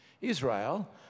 Israel